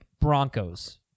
Broncos